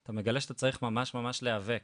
אתה מגלה שאתה צריך ממש ממש להיאבק.